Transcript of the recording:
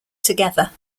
together